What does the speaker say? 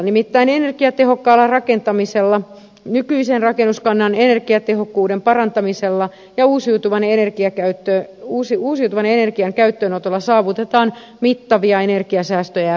nimittäin energiatehokkaalla rakentamisella nykyisen rakennuskannan energiatehokkuuden parantamisella ja uusiutuvan energian käyttöä uusi vuosi on energian käyttöönotolla saavutetaan mittavia energiansäästöjä ja päästövähennyksiä